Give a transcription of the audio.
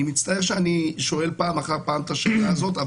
אני מצטער שאני שואל פעם אחר פעם את השאלה הזאת,